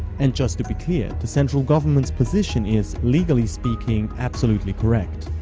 and just to be clear, the central government's position is legally speaking absolutely correct,